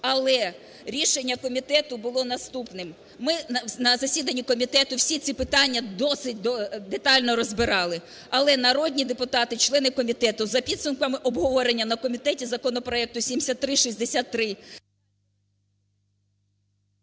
але рішення комітету було наступним. Ми на засіданні комітету всі ці питання досить детально розбирали, але народні депутати члени комітету, за підсумками обговорення на комітеті законопроекту 7363…